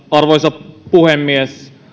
arvoisa puhemies